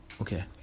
Okay